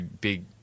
big